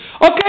Okay